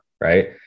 right